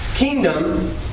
Kingdom